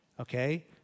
okay